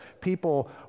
People